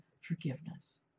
forgiveness